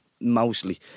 mostly